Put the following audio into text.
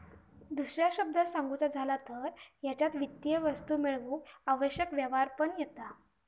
दुसऱ्या शब्दांत सांगुचा झाला तर हेच्यात वित्तीय वस्तू मेळवूक आवश्यक व्यवहार पण येता